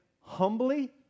humbly